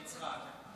יצחק.